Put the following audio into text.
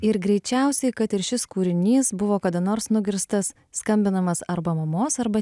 ir greičiausiai kad ir šis kūrinys buvo kada nors nugirstas skambinamas arba mamos arba